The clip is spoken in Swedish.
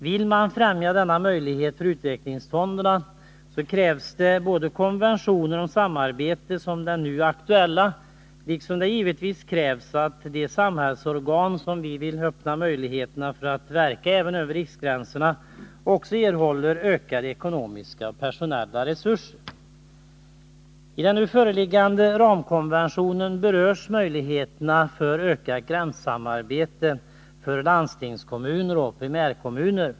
Vill man främja denna möjlighet för utvecklingsfonderna, krävs både konventioner om samarbete, som den nu aktuella, liksom givetvis att de samhällsorgan som vi vill ge möjligheter att även verka över riksgränserna också erhåller ökade ekonomiska och personella resurser. I den nu föreliggande ramkonventionen berörs möjligheterna till ökat gränssamarbete för landstingskommuner och primärkommuner.